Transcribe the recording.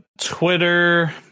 Twitter